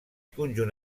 conjunt